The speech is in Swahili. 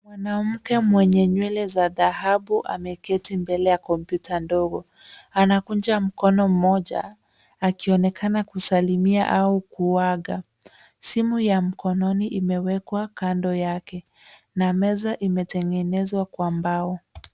Mwanamke mwenye nywele za dhahabu ameketi mbele ya kompyuta ndogo. Anakunja mkono mmoja akionekana kusalimia au kuaga. Simu ya mkononi imewekwa kando yake na meza imetengenezwa kwa mbao.